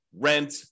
rent